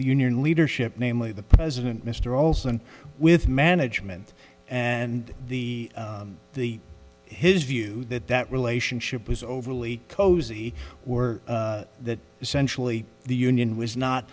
the union leadership namely the president mr olson with management and the the his view that that relationship was overly cozy were that essentially the union was not